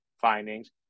findings